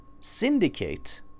Syndicate